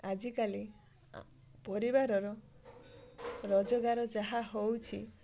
ଆଜିକାଲି ପରିବାରର ରୋଜଗାର ଯାହା ହଉଛି